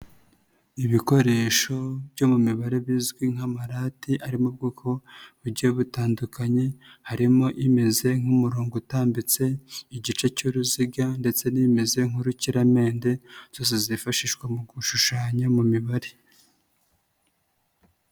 Ibikoresho byo mu mibare bizwi nk'amarate ari mu bwoko bugiye butandukanye harimo imeze nk'umurongo utambitse, igice cy'uruziga ndetse n'ibimeze nk'urukiramende zose zifashishwa mu gushushanya mu mibare.